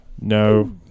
No